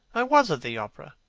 i was at the opera.